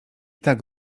tak